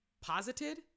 posited